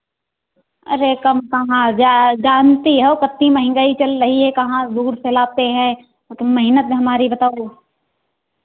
अरे कम कहाँ जा जानती हो कितनी महंगाई चल रही है कहाँ दूर से लाते हैं औ तुम मेहनत हमारी बताओ